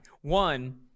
One